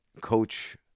Coach